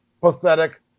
pathetic